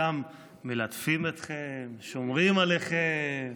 שם מלטפים אתכם, שומרים עליכם,